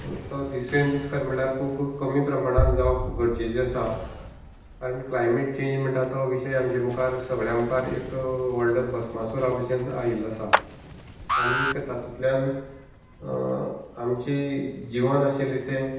तो दिसेन दीस खरें म्हटल्यार खूब कमी प्रमाणांत जावप गरजेचें आसा कारण क्लायमेट चेंज म्हणटा तो विशय आमच्या मुखार सगल्या मुखार एक भस्मासुरा भशेन आयिल्लो आसा आनीक तातूंतल्यान आमचें जिवन आशिल्लें तें